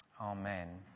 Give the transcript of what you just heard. amen